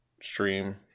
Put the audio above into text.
stream